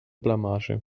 blamage